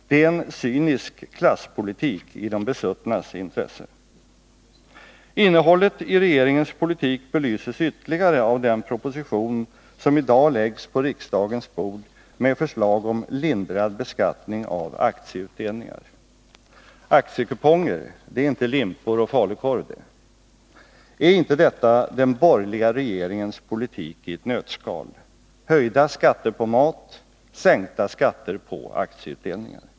Det är en cynisk klasspolitik i de besuttnas intresse. Innehållet i regeringens politik belyses ytterligare av den proposition som i dag läggs på riksdagens bord, med förslag om lindrad beskattning av aktieutdelningar. Aktiekuponger, det är inte limpor och falukorv det! Är inte detta den borgerliga regeringens politik i ett nötskal: höjda skatter på mat, sänkta skatter på aktieutdelningar.